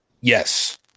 Yes